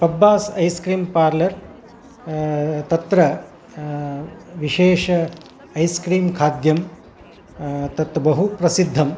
Pabbas ice cream parlour तत्र विशेष ice cream खाद्यं तत् बहुप्रसिद्धं